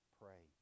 pray